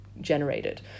generated